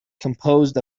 composed